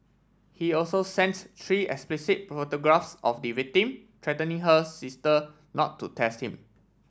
he also sent three explicit photographs of the victim threatening her sister not to test him